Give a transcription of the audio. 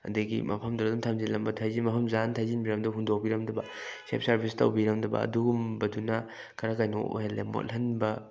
ꯑꯗꯒꯤ ꯃꯐꯃꯗꯨꯗ ꯑꯗꯨꯝ ꯊꯝꯖꯤꯜꯂꯝꯕ ꯃꯐꯝ ꯆꯥꯅ ꯊꯩꯖꯤꯟꯕꯤꯔꯝꯗꯕ ꯍꯨꯟꯗꯣꯛꯄꯤꯔꯝꯗꯕ ꯁꯦꯜꯐ ꯁꯥꯔꯚꯤꯁ ꯇꯧꯕꯤꯔꯝꯗꯕ ꯑꯗꯨꯒꯨꯝꯕꯗꯨꯅ ꯈꯔ ꯀꯩꯅꯣ ꯑꯣꯏꯍꯜꯂꯦ ꯃꯣꯠꯍꯟꯕ